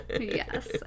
Yes